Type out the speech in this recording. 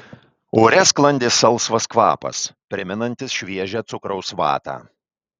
ore sklandė salsvas kvapas primenantis šviežią cukraus vatą